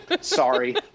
sorry